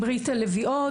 עם ברית הלביאות,